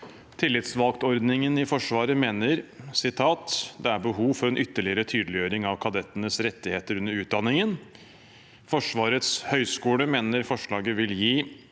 Tillitsvalgtordningen i Forsvaret mener at det er behov for en ytterligere tydeliggjøring av kadettenes rettigheter under utdanningen. Forsvarets høgskole mener forslaget vil gi